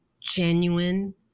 genuine